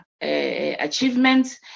achievements